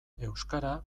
euskara